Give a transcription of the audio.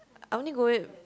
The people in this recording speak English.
I only go there